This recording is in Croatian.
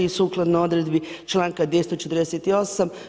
I sukladno odredbi članka 248.